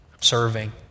serving